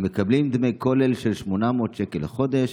הם מקבלים דמי כולל של 800 שקל לחודש",